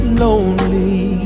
lonely